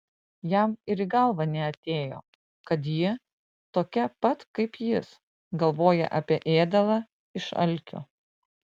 jam ir į galvą neatėjo kad ji tokia pat kaip jis galvoja apie ėdalą iš alkio